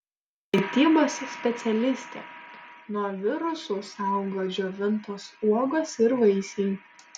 mitybos specialistė nuo virusų saugo džiovintos uogos ir vaisiai